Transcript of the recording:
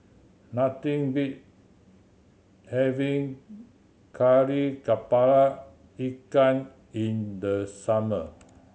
nothing beats having Kari Kepala Ikan in the summer